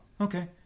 okay